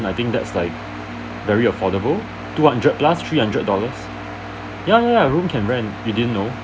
I think that's like very affordable two hundred plus three hundred dollars ya ya ya room can rent you didn't know